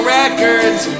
records